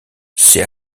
c’est